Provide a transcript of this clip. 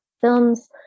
films